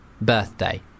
Birthday